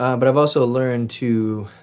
ah but i've also learned to